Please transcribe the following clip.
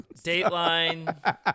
dateline